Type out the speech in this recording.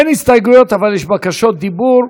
אין הסתייגויות, אבל יש בקשות דיבור.